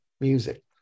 music